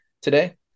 today